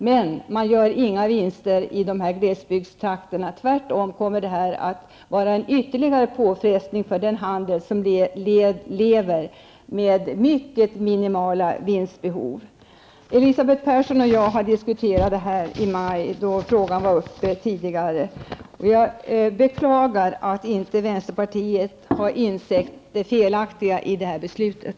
Men man gör inga vinster i glesbygdstrakterna. Tvärtom kommer det här att innebära ytterligare en påfrestning för den handel som lever med mycket minimala vinstramar. Elisabeth Persson och jag har diskuterat frågan i maj då den var uppe i riksdagen. Jag beklagar att inte vänsterpartiet har insett det felaktiga med det här förslaget.